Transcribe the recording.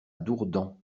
dourdan